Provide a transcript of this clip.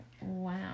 wow